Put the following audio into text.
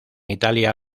italia